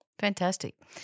fantastic